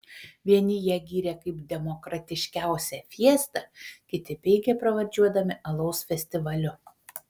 vieni ją gyrė kaip demokratiškiausią fiestą kiti peikė pravardžiuodami alaus festivaliu